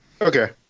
Okay